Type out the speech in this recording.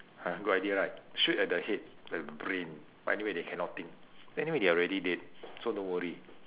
ah good idea right shoot at the head the brain but anyway they cannot think anyway they are already dead so don't worry